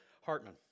Hartman